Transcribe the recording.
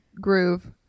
groove